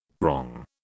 Wrong